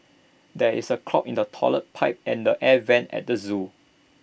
there is A clog in the Toilet Pipe and the air Vents at the Zoo